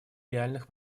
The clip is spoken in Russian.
реальных